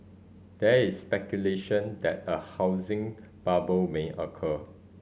there is speculation that a housing bubble may occur